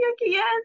yes